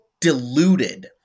deluded